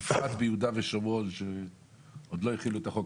בפרט ביהודה ושומרון ששם עוד לא החילו את החוק